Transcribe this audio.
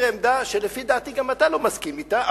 עמדה שלפי דעתי גם אתה לא מסכים אתה,